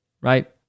right